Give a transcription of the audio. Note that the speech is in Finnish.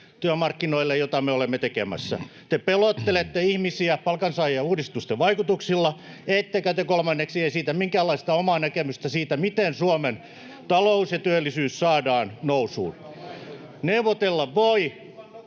työmarkkinoille, joita me olemme tekemässä. Te pelottelette ihmisiä, palkansaajia, uudistusten vaikutuksilla, ettekä te, kolmanneksi, esitä minkäänlaista omaa näkemystä siitä, miten Suomen talous ja työllisyys saadaan nousuun.